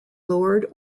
lord